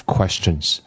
Questions